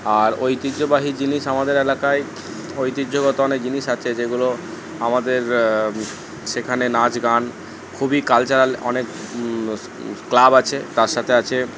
আর ঐতিহ্যবাহী জিনিস আমাদের এলাকায় ঐতিহ্যগত অনেক জিনিস আছে যেগুলো আমাদের সেখানে নাচ গান খুবই কালচারাল অনেক ক্লাব আছে তার সাথে আছে